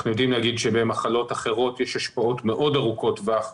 אנחנו יודעים להגיד שבמחלות אחרות יש השפעות מאוד ארוכות טווח.